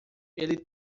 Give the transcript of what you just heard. ele